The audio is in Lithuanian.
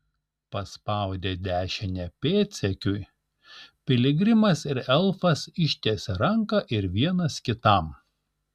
paspaudę dešinę pėdsekiui piligrimas ir elfas ištiesė ranką ir vienas kitam